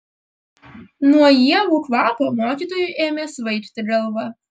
nuo ievų kvapo mokytojui ėmė svaigti galva